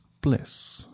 bliss